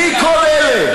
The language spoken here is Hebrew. מי כל אלה?